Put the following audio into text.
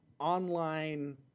Online